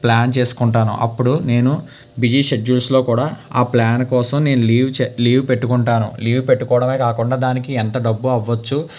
plan చేసుకుంటాను అప్పుడు నేను బిజీ షెడ్యూల్సులో కూడా ఆ ప్ల్యాన్ కోసం నేను లీవ్ పెట్టుకుంటాను లీవ్ పెట్టుకోవడమే కాకుండా దానికి ఎంత డబ్బు అవ్వచ్చు